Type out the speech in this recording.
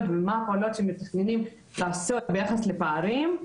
ומה הפעולות שמתכננים לעשות ביחס לפערים.